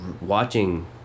watching